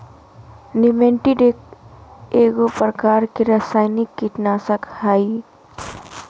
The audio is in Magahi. निमेंटीड एगो प्रकार के रासायनिक कीटनाशक हइ